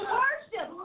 worship